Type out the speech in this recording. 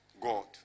God